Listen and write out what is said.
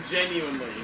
genuinely